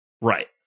Right